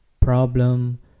problem